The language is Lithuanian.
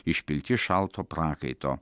išpilti šalto prakaito